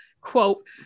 Quote